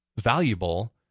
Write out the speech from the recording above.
valuable